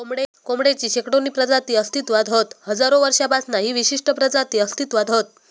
कोंबडेची शेकडोनी प्रजाती अस्तित्त्वात हत हजारो वर्षांपासना ही विशिष्ट प्रजाती अस्तित्त्वात हत